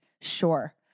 Sure